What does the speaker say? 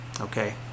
okay